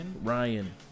Ryan